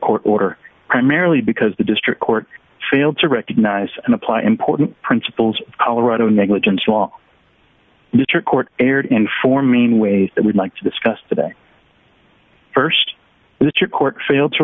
court order primarily because the district court failed to recognize and apply important principles of colorado negligence law district court erred in forming ways that we'd like to discuss today st that your court failed to